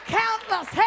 countless